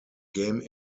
game